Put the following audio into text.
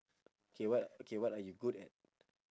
K what okay what are you good at